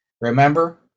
remember